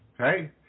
Okay